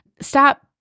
Stop